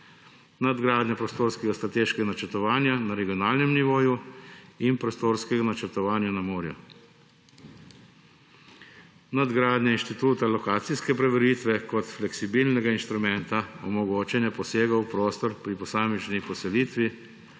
nadgradnja prostorskega strateškega načrtovanja na regionalnem nivoju in prostorskega načrtovanja na morju, nadgradnje instituta lokacijske preveritve kot fleksibilnega instrumenta omogočanja posegov v prostor pri posamezni poselitvi,